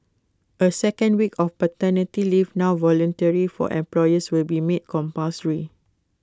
A second week of paternity leave now voluntary for employers will be made compulsory